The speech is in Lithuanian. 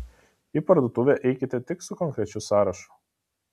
į parduotuvę eikite tik su konkrečiu sąrašu